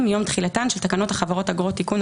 מיום תחילתן של תקנות החברות (אגרות) (תיקון),